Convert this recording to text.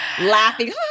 laughing